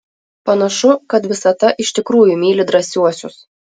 panašu kad visata iš tikrųjų myli drąsiuosius